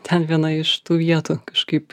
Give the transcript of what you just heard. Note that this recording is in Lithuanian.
ten viena iš tų vietų kažkaip